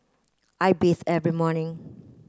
I bathe every morning